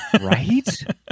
Right